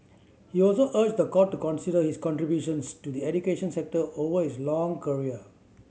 he also urged the court to consider his contributions to the education sector over his long career